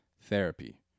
therapy